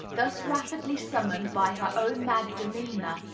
thus rapidly summoned by her own mad demeanor,